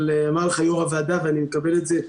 אבל אמר לך יושב-ראש הוועדה ואני מקבל את זה: